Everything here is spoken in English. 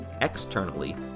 Externally